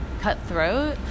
cutthroat